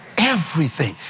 everything!